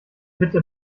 bitte